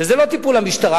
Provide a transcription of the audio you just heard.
וזה לא לטיפול המשטרה.